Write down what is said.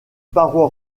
paroi